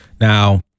Now